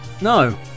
No